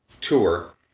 tour